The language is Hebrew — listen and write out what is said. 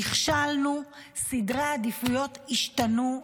נכשלנו, סדרי העדיפויות השתנו.